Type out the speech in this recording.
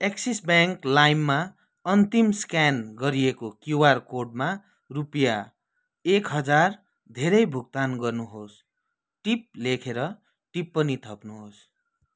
axis bank लाइममा अन्तिम scan गरिएको क्युआर कोडमा रुपियाँ एक हजार धेरै भुक्तान गर्नुहोस् टिप लेखेर टिप्पणी थप्नुहोस्